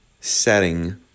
setting